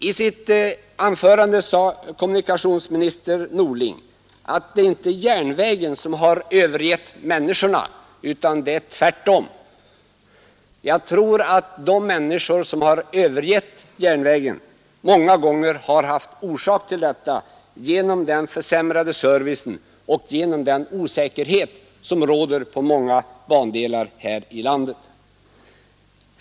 I sitt anförande sade kommunikationsminister Norling att det inte är järnvägen som har övergett människorna utan det är tvärtom. Jag tror att de människor som har övergett järnvägen många gånger har haft orsak till detta genom den försämrade servicen och genom den osäkerhet som råder på många bandelar här i landet.